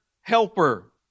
helper